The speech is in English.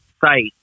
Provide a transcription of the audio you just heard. site